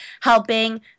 helping